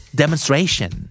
demonstration